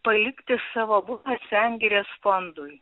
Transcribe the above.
palikti savo abu sengirės fondui